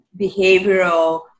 behavioral